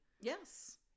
yes